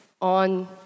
on